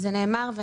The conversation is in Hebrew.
וזה נאמר,